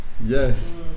yes